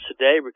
today